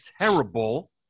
terrible